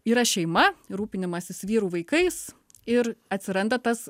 yra šeima rūpinimasis vyru vaikais ir atsiranda tas